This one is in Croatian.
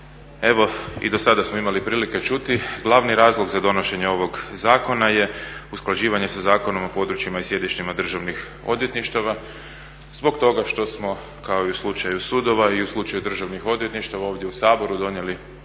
Evo i dosada smo imali prilike čuti glavni razlog za donošenje ovog zakona je usklađivanje sa Zakonom o područjima i sjedištima državnih odvjetništava, zbog toga što smo kao i u slučaju sudova i u slučaju državnih odvjetništava ovdje u Saboru donijeli